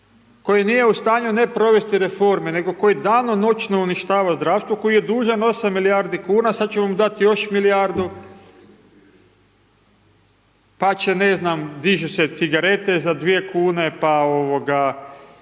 koji nije u stanju ne provesti reforme nego koji danonoćno uništava zdravstvu, koji je dužan 8 milijardi kuna, sad će vam dati još milijardu, pa će ne znam, dižu se cigarete za 2 kune, pa cijeli